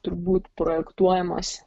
turbūt projektuojamas